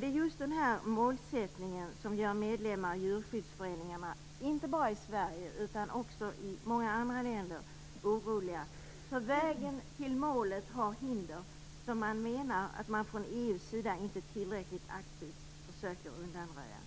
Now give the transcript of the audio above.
Det är just denna målsättning som gör medlemmarna i djurskyddsföreningarna, inte bara i Sverige utan också i många andra länder, oroliga. Vägen till målet har hinder som man från EU:s sida inte tillräckligt aktivt försöker att undanröja.